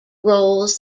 roles